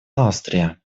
австрия